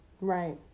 Right